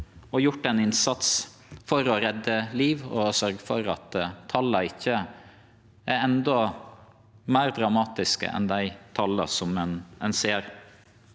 og gjort ein innsats for å redde liv og sørgje for at tala ikkje er endå meir dramatiske enn dei tala ein ser.